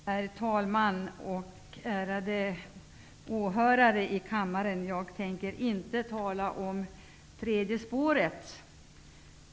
Herr talman! Ärade åhörare i kammaren! Jag tänker inte tala om det tredje spåret.